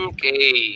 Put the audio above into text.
Okay